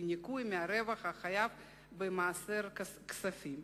לניכוי מהרווח החייב במעשר כספים.